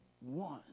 one